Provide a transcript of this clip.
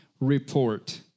report